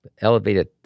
elevated